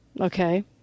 Okay